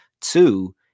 two